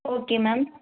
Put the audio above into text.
okay ma'am